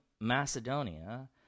Macedonia